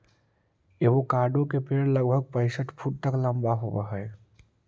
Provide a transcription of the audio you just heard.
avocado के पेड़ लगभग पैंसठ फुट तक लंबा होब हई